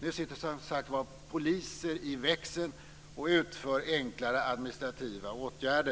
Nu sitter alltså som sagt var poliser i växeln och utför enklare administrativa uppgifter.